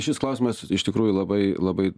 šis klausimas iš tikrųjų labai labai